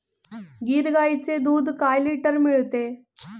गीर गाईचे दूध काय लिटर मिळते?